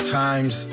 times